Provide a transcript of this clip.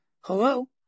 Hello